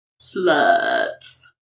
sluts